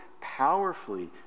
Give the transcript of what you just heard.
powerfully